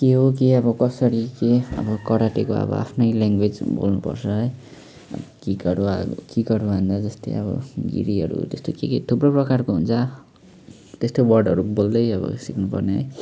के हो के अब कसरी के अब करातेको अब आफ्नै ल्याङ्ग्वेज बोल्नुपर्छ है अनि किकहरू हान किकहरू हान्दा जस्तै अब गिरिहरू जस्तै के के थुप्रो प्रकारको हुन्छ त्यस्तै वर्डहरू बोल्दै अब सिक्नुपर्ने